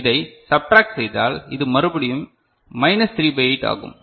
இதை சப்டிரேக்ட் செய்தால் இது மறுபடியும் 3 பைட 8 ஆகும்